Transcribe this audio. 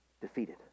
defeated